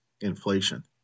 inflation